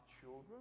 children